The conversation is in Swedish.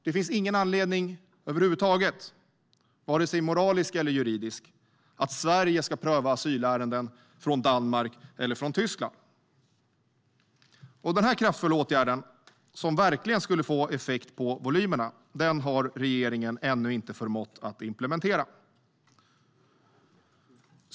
Det finns över huvud taget ingen anledning, vare sig moralisk eller juridisk, att Sverige ska pröva asylärenden från Danmark eller Tyskland. Denna kraftfulla åtgärd, som verkligen skulle få effekt på volymerna, har regeringen ännu inte förmått att implementera.